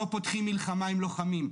לא פותחים מלחמה עם לוחמים,